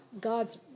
God's